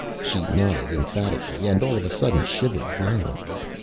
she nodded emphatically and all of a sudden shivered violently.